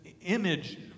image